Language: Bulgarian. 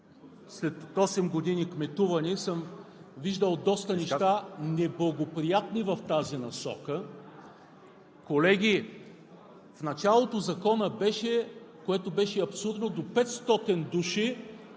След осем години кметуване съм виждал доста неща, неблагоприятни в тази насока. Колеги, в началото Законът беше, което беше абсурдно, до 500 души